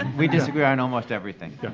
and we disagree on almost everything.